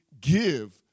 give